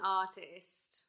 artist